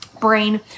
brain